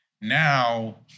Now